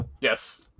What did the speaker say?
Yes